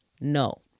No